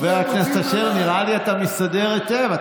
חבר הכנסת אשר, נראה לי שאתה מסתדר היטב.